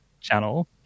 channel